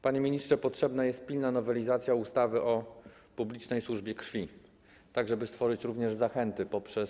Panie ministrze, potrzebna jest pilna nowelizacja ustawy o publicznej służbie krwi, tak, żeby stworzyć również zachęty poprzez.